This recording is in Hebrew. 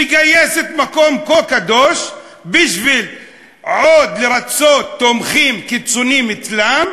מגייסת מקום כה קדוש בשביל לרצות עוד תומכים קיצונים אצלם,